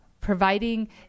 providing